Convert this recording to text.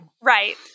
Right